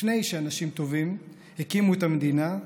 לפני שאנשים טובים הקימו את המדינה.